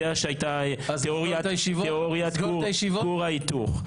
שהייתה כאן תיאוריה של כור ההיתוך.